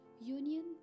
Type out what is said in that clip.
Union